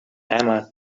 emma